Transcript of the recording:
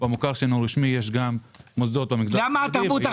במוכר שאינו רשמי יש גם מוסדות במגזר החרדי.